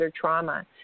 trauma